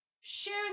share